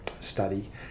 study